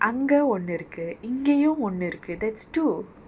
அங்கே ஒன்னு இருக்கு இங்கேயும் ஒன்னு இருக்கு: ange onnu irukku ingeiyum onnu irukku that's two